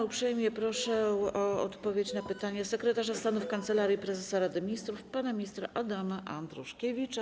Uprzejmie proszę o odpowiedź na pytania sekretarza stanu w Kancelarii Prezesa Rady Ministrów pana ministra Adama Andruszkiewicza.